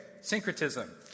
Syncretism